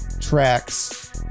tracks